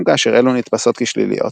גם כאשר אלו נתפסות כשליליות.